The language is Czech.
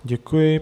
Děkuji.